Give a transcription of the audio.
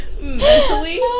Mentally